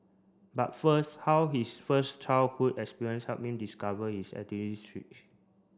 but first how his first childhood experience help him discover his